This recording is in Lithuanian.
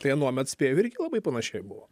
tai anuomet spėju irgi labai panašiai buvo